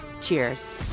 Cheers